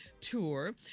tour